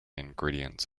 ingredients